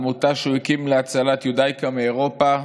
עמותה שהוא הקים להצלת יודאיקה מאירופה,